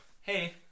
hey